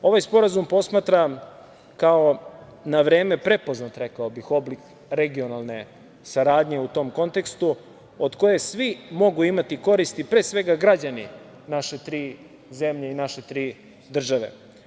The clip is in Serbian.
Ovaj sporazum posmatram kao na vreme prepoznat oblik regionalne saradnje u tom kontekstu od koje svi mogu imati koristi, pre svega građani naše tri zemlje i naše tri države.